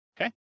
okay